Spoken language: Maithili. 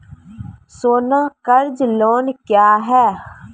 सोना कर्ज लोन क्या हैं?